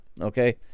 Okay